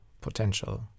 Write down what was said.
potential